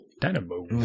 Dynamo